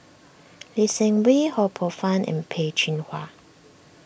Lee Seng Wee Ho Poh Fun and Peh Chin Hua